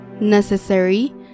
necessary